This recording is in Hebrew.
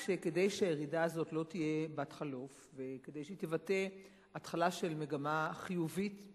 כדי שהירידה הזאת לא תהיה בת-חלוף וכדי שהיא תבטא התחלה של מגמה חיובית,